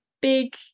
big